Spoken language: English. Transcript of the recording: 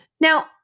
Now